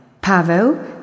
Pavel